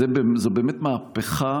זו באמת מהפכה